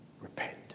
repent